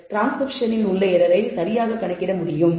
டிரான்ஸ்கிரிப்ஷனில் உள்ள எரரை சரியாக கணக்கிட முடியும்